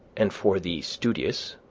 and for the studious,